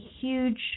huge